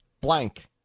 blank